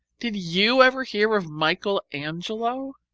did you ever hear of michael angelo?